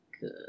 good